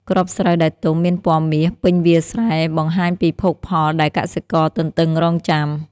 គ្រាប់ស្រូវដែលទុំមានពណ៌មាសពេញវាលស្រែ បង្ហាញពីភោគផលដែលកសិករទន្ទឹងរង់ចាំ។